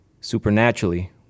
supernaturally